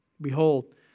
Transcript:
Behold